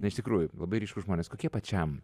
na iš tikrųjų labai ryškūs žmonės kokie pačiam